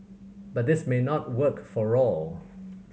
but this may not work for all